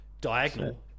diagonal